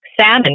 salmon